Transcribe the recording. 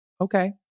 okay